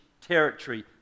territory